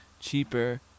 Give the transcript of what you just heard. cheaper